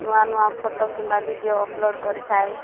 ନୂଆ ନୂଆ ଫଟୋ କିମ୍ବା ଭିଡ଼ିଓ ଅପଲୋଡ଼୍ କରିଥାଏ